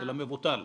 אלא מבוטל.